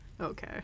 Okay